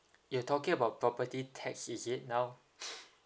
you're talking about property tax is it now